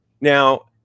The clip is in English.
Now